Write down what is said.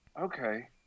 okay